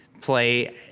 play